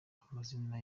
amazina